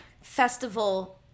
festival